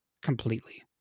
completely